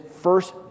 first